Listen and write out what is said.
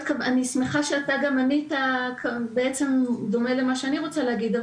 אני שמחה שאתה גם ענית דומה למה שאני רוצה להגיד,